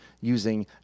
using